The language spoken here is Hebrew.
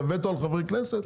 זה וטו על חברי כנסת?